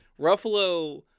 ruffalo